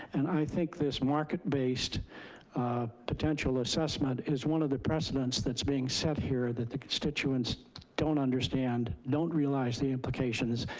and i think this market-based potential assessment is one of the precedents that's being set here that the constituents don't understand, don't realize the implications.